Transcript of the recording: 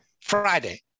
friday